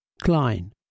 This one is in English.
Klein